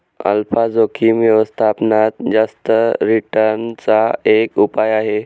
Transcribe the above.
alpha जोखिम व्यवस्थापनात जास्त रिटर्न चा एक उपाय आहे